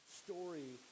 story